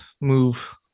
move